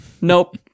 nope